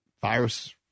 virus